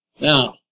Now